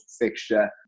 fixture